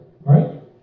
right